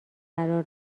قرار